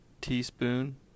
teaspoon